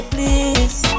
Please